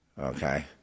Okay